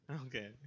Okay